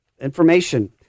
Information